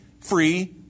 free